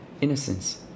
innocence